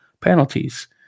penalties